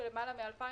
שאי אפשר למלא אותו.